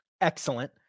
excellent